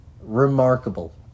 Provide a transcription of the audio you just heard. remarkable